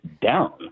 down